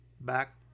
Back